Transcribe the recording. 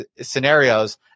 scenarios